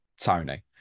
Tony